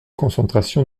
concentration